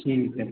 ठीक है